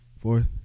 Fourth